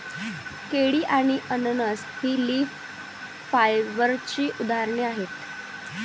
केळी आणि अननस ही लीफ फायबरची उदाहरणे आहेत